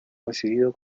recibido